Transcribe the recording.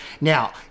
now